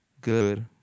good